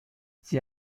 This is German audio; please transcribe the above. sie